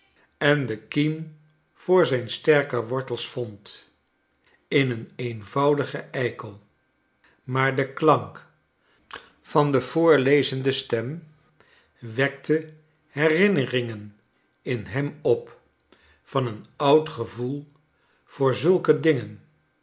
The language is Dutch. en de kiem voon zijn sterke wortels vond in een eenvoudigen eikel maar de klank van de voorlezende stem wekte herinneringen in hem op van een oud gevoel voor zulke dingen